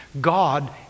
God